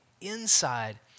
inside